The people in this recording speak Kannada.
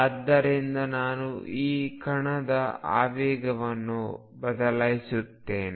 ಆದ್ದರಿಂದನಾನು ಈ ಕಣದ ಆವೇಗವನ್ನು ಬದಲಾಯಿಸುತ್ತೇನೆ